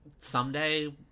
someday